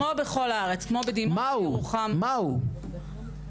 כמו בכל הארץ, כמו בדימונה, בירוחם.